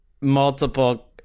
multiple